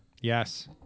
Yes